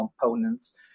components